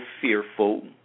fearful